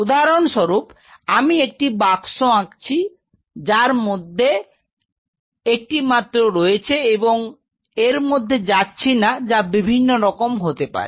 উদাহরণস্বরূপ আমি একটি বাক্স আছি যার একটিমাত্র রয়েছে এবং আমি এর মধ্যে যাচ্ছি না যা বিভিন্ন রকম হতে পারে